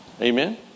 amen